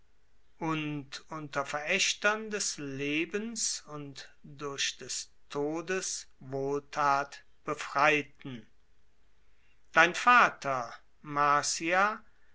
und unter verächtern des lebens und durch des todes wohlthat befreiten dein vater marcia